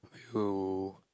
will